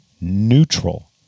neutral